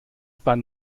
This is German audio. bahn